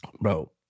Bro